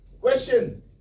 Question